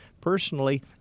personally